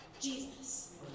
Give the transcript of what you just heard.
Jesus